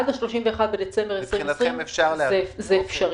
עד ה-31 בדצמבר 2020 זה אפשרי.